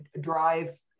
drive